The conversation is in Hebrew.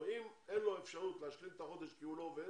אם אין לו אפשרות להשלים את החודש כי הוא לא עובד?